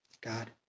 God